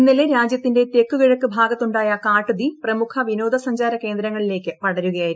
ഇന്നലെ രാജ്യത്തിന്റെ തെക്കു കിഴക്കു ഭാഗത്തുായ കാട്ടുതീ പ്രമുഖ വിനോദസഞ്ചാര കേന്ദ്രങ്ങളിലേക്ക് പടരുകയായിരുന്നു